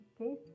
okay